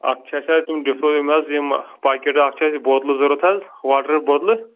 اَکھ چھِ اَسہِ حظ تِم ڈِسو یِم حظ یِم پاکیٹ اَکھ چھِ اَسہِ بوتلہٕ ضروٗرت حظ واٹر بوتلہٕ